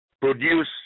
produce